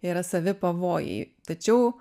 yra savi pavojai tačiau